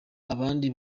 abandi